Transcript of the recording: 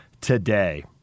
today